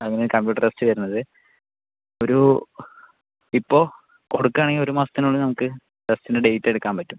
അതിന് computer test വരുന്നത് ഒരു ഇപ്പോൾ കൊടുക്കണമെങ്കിൽ ഒരു മാസത്തിന് ഉള്ളിൽ നമുക്ക് ടെസ്റ്റിൻ്റെ ഡേറ്റ് എടുക്കാൻ പറ്റും